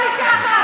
מתביישת?